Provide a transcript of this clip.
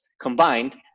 combined